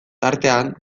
tartean